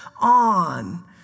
on